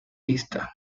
pista